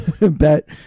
bet